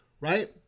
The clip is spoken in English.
right